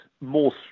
more